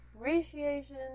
appreciation